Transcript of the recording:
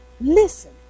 Listen